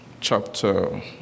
Chapter